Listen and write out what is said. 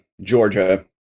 Georgia